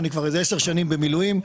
ואני כבר איזה 10 שנים במילואים,